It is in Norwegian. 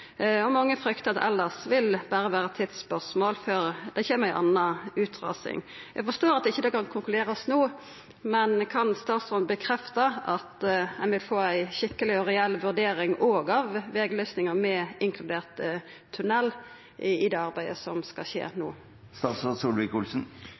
Mange fryktar at det elles berre vil vera eit tidsspørsmål før det kjem eit anna ras. Eg forstår at det ikkje kan konkluderast no, men kan statsråden bekrefta at ein òg vil få ei skikkeleg og reell vurdering av vegløysinga med inkludert tunnel i det arbeidet som no skal skje?